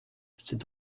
c’est